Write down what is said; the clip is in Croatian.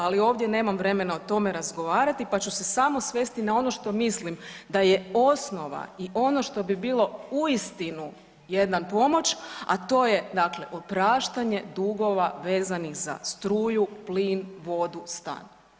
Ali ovdje nemam vremena o tome razgovarati pa ću se samo svesti na ono što mislim, da je osnova i ono što bi bilo uistinu jedan pomoć, a to je dakle, opraštanje dugova vezanih za struju, plin, vodu, stan.